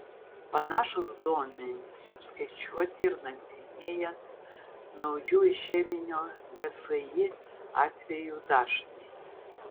panašūs duomenys apskaičiuoti ir nagrinėjant naujų išeminio gsi atvejų dažnį